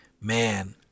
man